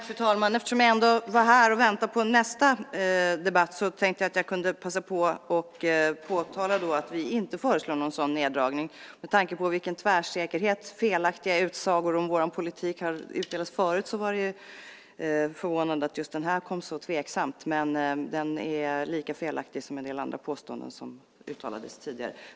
Fru talman! Eftersom jag ändå var här och väntade på nästa debatt tänkte jag att jag kunde passa på att påtala att vi inte föreslår någon sådan neddragning. Med tanke på med vilken tvärsäkerhet felaktiga utsagor om vår politik har gjorts förut var det förvånande att just den här kom så tveksamt, men det är lika felaktigt som en del andra påståenden som uttalats tidigare.